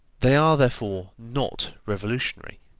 they are therefore not revolutionary,